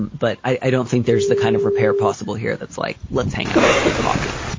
but i don't think there's the kind of repair possible here that's like let's hang out, let's get coffee.